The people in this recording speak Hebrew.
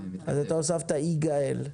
אז אתה הוספת יגאל.